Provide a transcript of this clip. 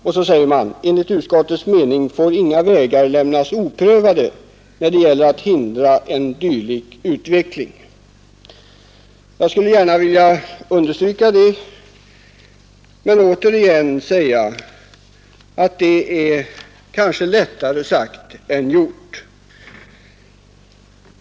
Utskottet anför: ”Enligt utskottets mening får inga vägar lämnas oprövade när det gäller att hindra en dylik utveckling.” Jag skulle gärna vilja understryka detta, men jag vill samtidigt återigen framhålla att det kanske är lättare sagt än gjort.